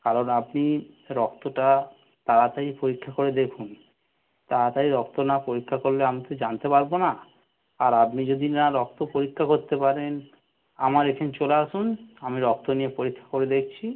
কারণ আপনি রক্তটা তাড়াতাড়ি পরীক্ষা করে দেখুন তাড়াতাড়ি রক্ত না পরীক্ষা করলে আমি তো জানতে পারবো না আর আপনি যদি না রক্ত পরীক্ষা করতে পারেন আমার এখান চলে আসুন আমি রক্ত নিয়ে পরীক্ষা করে দেখছি